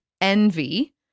envy